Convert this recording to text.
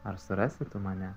ar surasi tu mane